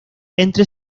entre